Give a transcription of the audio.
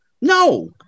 No